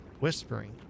Whispering